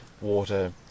water